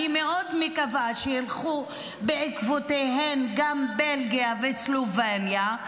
אני מאוד מקווה שילכו בעקבותיהן גם בלגיה וסלובניה,